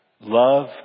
love